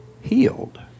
Healed